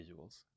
visuals